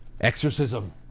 exorcism